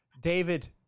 David